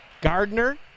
Gardner